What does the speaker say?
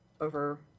over